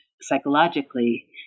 psychologically